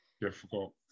difficult